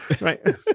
right